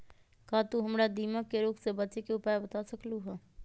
का तू हमरा दीमक के रोग से बचे के उपाय बता सकलु ह?